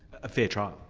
a fair trial.